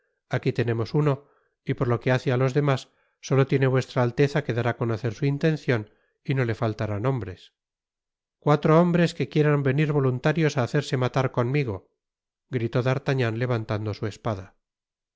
aqui tenemos uno y por lo que hace á los demás solo tiene vuestra alteza que dar á conocer su intencion y no le faltarán hombres cuatro hombres que quieran vemr voluntarios á hacerse matar conmigo gritó d'artaguan levantando su espada